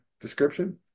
description